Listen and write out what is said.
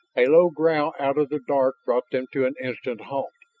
a low growl out of the dark brought them to an instant halt.